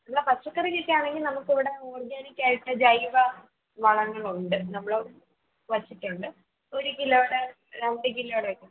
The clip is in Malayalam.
എന്നാൽ പച്ചക്കറി കൃഷിയാണെങ്കിൽ നമുക്കിവിടെ ഓർഗാനിക്കായിട്ട് ജൈവ വളങ്ങളുണ്ട് നമ്മള് വെച്ചിട്ടുണ്ട് ഒരു കിലോയുടെ രണ്ട് കിലോയുടെ ഒക്കെയുണ്ട്